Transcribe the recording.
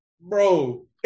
Bro